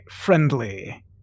friendly